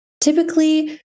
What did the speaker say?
Typically